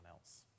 else